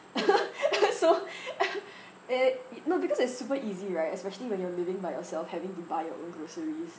so a~ no because it's super easy right especially when you're living by yourself having to buy your own groceries